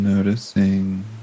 Noticing